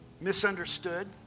misunderstood